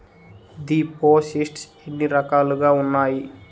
దిపోసిస్ట్స్ ఎన్ని రకాలుగా ఉన్నాయి?